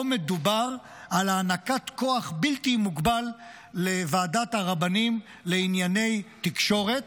פה מדובר על הענקת כוח בלתי מוגבל לוועדת הרבנים לענייני תקשורת.